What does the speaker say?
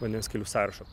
vandens kelių sąrašo